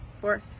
four